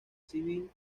civil